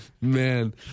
Man